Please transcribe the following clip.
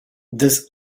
this